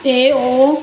ਅਤੇ ਉਹ